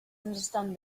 understand